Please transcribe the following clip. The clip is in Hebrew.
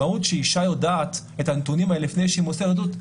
כשאישה יודעת את הנתונים האלה לפני שהיא מוסרת עדות,